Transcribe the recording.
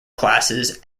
classes